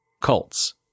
Cults